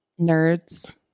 Nerds